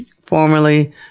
formerly